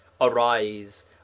arise